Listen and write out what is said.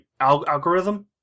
algorithm